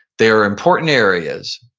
they're important areas,